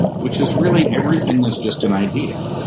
which is really everything is just an idea,